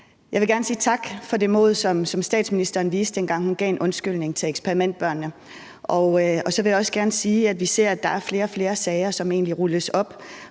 Jeg vil gerne sige tak for det mod, som statsministeren viste, dengang hun gav en undskyldning til eksperimentbørnene. Og så vil jeg også gerne sige, at vi ser, at der er flere og flere sager, som rulles op,